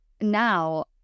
now